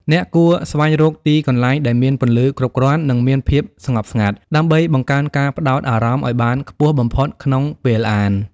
អ្នកគួរស្វែងរកទីកន្លែងដែលមានពន្លឺគ្រប់គ្រាន់ និងមានភាពស្ងប់ស្ងាត់ ដើម្បីបង្កើនការផ្ដោតអារម្មណ៍ឱ្យបានខ្ពស់បំផុតក្នុងពេលអាន។